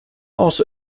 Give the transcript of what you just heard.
also